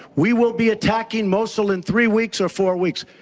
we will be attacking mosul in three weeks or four weeks.